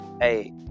Hey